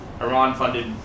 Iran-funded